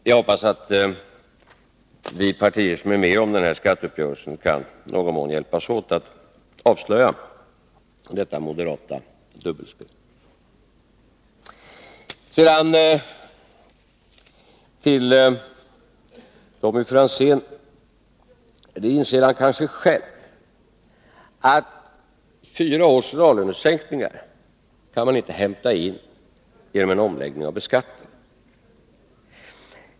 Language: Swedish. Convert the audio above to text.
Jag hoppas att vi partier som är med om denna skatteuppgörelse i någon mån kan hjälpas åt att avslöja detta moderata dubbelspel. Sedan till Tommy Franzén: Han inser kanske själv att fyra års reallönesänkningar inte kan hämtas in genom en omläggning av beskattningen.